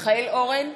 מיכאל אורן,